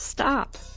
Stop